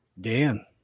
Dan